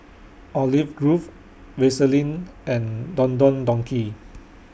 Olive Grove Vaseline and Don Don Donki